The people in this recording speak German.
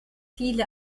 viele